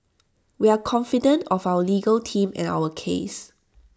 we are confident of our legal team and our case